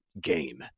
game